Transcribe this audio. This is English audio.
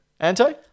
Anto